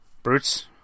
Brutes